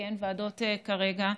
כי אין כרגע ועדות,